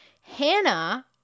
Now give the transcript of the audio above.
Hannah